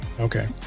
Okay